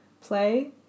play